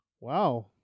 Wow